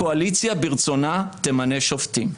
הקואליציה ברצונה תמנה שופטים.